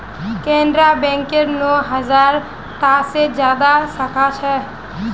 केनरा बैकेर नौ हज़ार टा से ज्यादा साखा छे